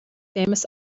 famous